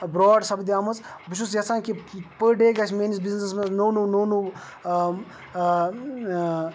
برٛاڑ سپدے مٕژ بہٕ چھُس یَژھان کہ پٔر ڈے گژھِ میٛٲنِس بِزنٮ۪سَس منٛز نوٚو نوٚو نوٚو نوٚو